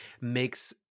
makes